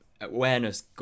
awareness